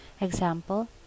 Example